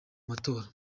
matora